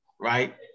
right